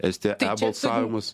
estija balsavimus